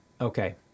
Okay